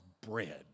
bread